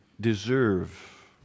deserve